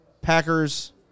Packers